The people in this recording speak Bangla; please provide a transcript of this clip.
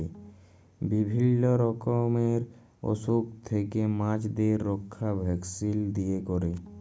বিভিল্য রকমের অসুখ থেক্যে মাছদের রক্ষা ভ্যাকসিল দিয়ে ক্যরে